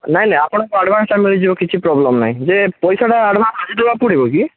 ନାହିଁ ନାହିଁ ଆପଣଙ୍କୁ ଆଡ଼ଭାନ୍ସଟା ମିଳିଯିବ କିଛି ପ୍ରୋବ୍ଲେମ୍ ନାହିଁ ଯେ ପଇସାଟା ଆଡ଼ଭାନ୍ସ ଆଜି ଦେବାକୁ ପଡ଼ିବକି